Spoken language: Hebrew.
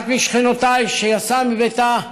אחת משכנותיי, שיצאה מביתה,